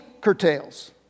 curtails